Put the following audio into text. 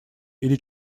или